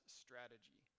strategy